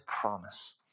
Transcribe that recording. promise